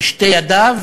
בשתי ידיו